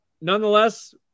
nonetheless